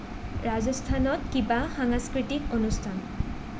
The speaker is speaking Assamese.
ৰাজস্থানত কিবা সাংস্কৃতিক অনুষ্ঠান